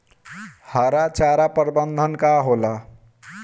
हरा चारा प्रबंधन का होला?